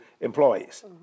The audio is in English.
employees